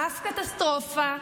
אף קטסטרופה,